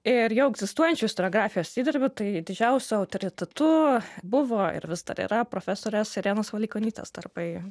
ir jau egzistuojančių istoriografijos įdirbių tai didžiausiu autoritetu buvo ir vis dar yra profesorės irenos valikonytės darbai